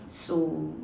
so